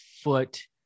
foot